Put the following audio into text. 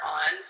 on